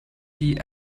die